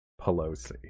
Pelosi